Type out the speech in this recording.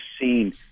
seen